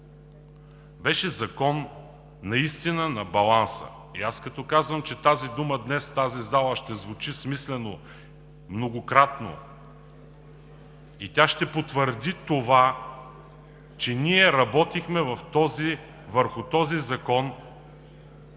беше Закон на баланса. И аз като казвам, че тази дума днес в тази зала ще звучи смислено и многократно, тя ще потвърди това, че ние работихме върху този закон,